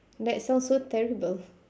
that sounds so terrible